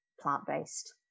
plant-based